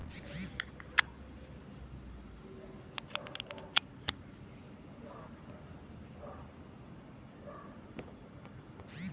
भविष्य निधि का मकसद कर्मचारियों को रोजगार ख़तम होने के बाद एकमुश्त भुगतान उपलब्ध कराना है